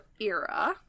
era